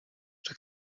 czy